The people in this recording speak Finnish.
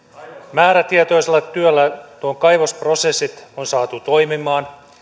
määrätietoisella työllä nuo kaivosprosessit on saatu toimimaan